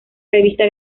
revista